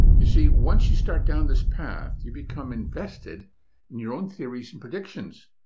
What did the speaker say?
you see, once you start down this path, you become invested in your own theories and predictions.